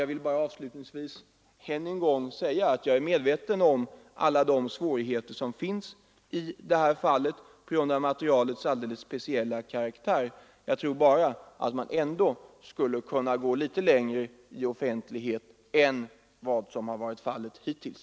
Jag vill avslutningsvis än en gång säga att jag är medveten om alla svårigheter som finns i det här fallet på grund av materialets alldeles speciella karaktär. Men jag tror att man ändå skall kunna gå längre i offentlighet än som gjorts hittills.